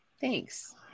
Thanks